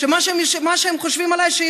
מה שהם חושבים עליי.